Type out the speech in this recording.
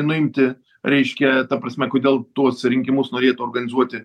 nuimti reiškia ta prasme kodėl tuos rinkimus norėtų organizuoti